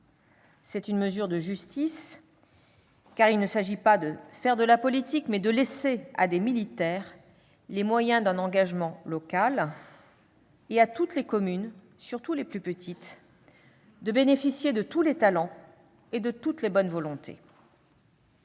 C'est une mesure de justice. Il ne s'agit pas de faire de la politique, mais de laisser à des militaires les moyens d'un engagement local et de permettre à toutes les communes- surtout les plus petites -de bénéficier de tous les talents, de toutes les bonnes volontés.